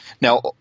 Now